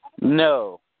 No